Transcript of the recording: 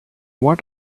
what